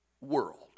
world